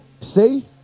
see